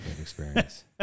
experience